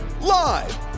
Live